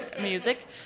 music